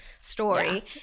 story